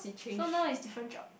so now is different job